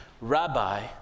Rabbi